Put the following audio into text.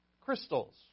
Crystals